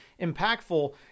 impactful